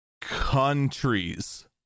countries